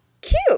cute